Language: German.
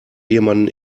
jemanden